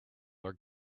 are